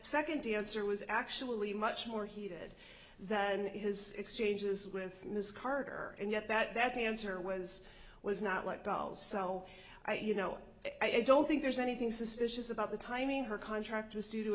second dancer was actually much more heated than his exchanges with miss carter and yet that the answer was was not light bulbs so you know i don't think there's anything suspicious about the timing her contract was due to